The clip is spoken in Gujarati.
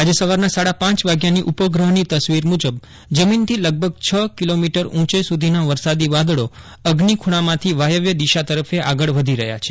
આજે સવારના સાડા પાંચ વાગ્યાની ઉપગ્રહની તસવીર મુજબ જમીનથી લગભગ છ કિલોમીટર ઉંચે સુધીના વરસાદી વાદળો અગ્નિ ખૂણામાંથી વાયવ્ય દિશા તરફે આગળ વધી રહ્યા છે